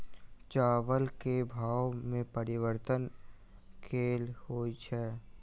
चावल केँ भाव मे परिवर्तन केल होइ छै?